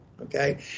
Okay